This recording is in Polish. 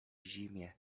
zimie